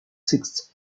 sixth